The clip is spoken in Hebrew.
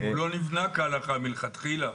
אם הוא לא נבנה כהלכה מלכתחילה.